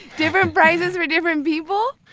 different prices for different people?